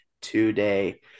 today